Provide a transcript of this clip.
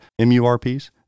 MURPs